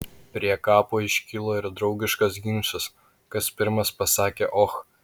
prie kapo iškilo ir draugiškas ginčas kas pirmas pasakė och